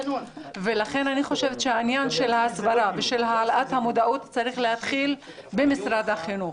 לכן אני חושבת שעניין ההסברה והעלאת המודעות צריך להתחיל במשרד החינוך.